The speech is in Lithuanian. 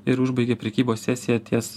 ir užbaigė prekybos sesiją ties